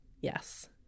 Yes